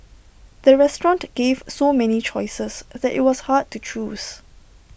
the restaurant gave so many choices that IT was hard to choose